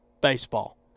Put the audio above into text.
Baseball